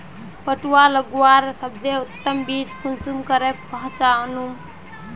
पटुआ लगवार सबसे उत्तम बीज कुंसम करे पहचानूम?